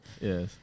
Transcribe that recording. Yes